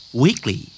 weekly